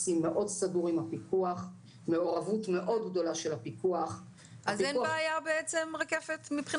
אותו לפנימייה פוסט אישפוזית לצורך מניעת